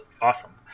awesome